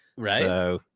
Right